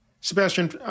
Sebastian